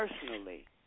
personally